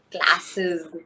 classes